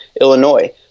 Illinois